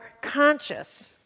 conscious